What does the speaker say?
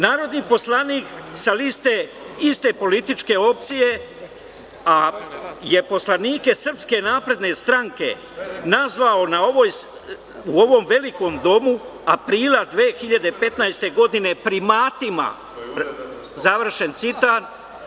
Narodni poslanik sa liste iste političke opcije, je poslanike SNS nazvao u ovom velikom domu aprila 2015. godine – „primatima“, završen citat.